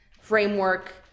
framework